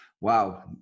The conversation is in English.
Wow